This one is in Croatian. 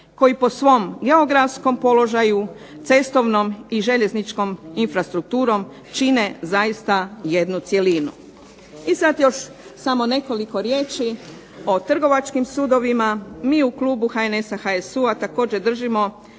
koji po svom geografskom položaju, cestovnom i željezničkom infrastrukturom čine zaista jednu cjelinu. I sad još samo nekoliko riječi o trgovačkim sudovima. Mi u klubu HNS-a, HSU-a također držimo